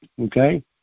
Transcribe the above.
okay